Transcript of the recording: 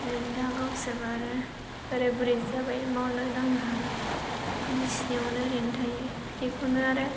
बिदिनो दा गावसोरबो आरो बोराय बुरि जाबाय मावनो दांनो हाला बिसिनायावनो ओरैनो थायो बेखौनो आरो